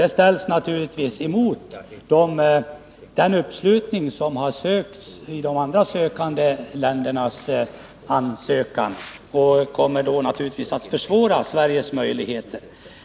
Detta skall ställas emot uppslutningen bakom de ansökningar som kommit från andra länder.